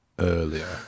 earlier